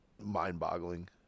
mind-boggling